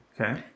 Okay